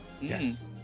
yes